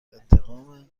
انتقام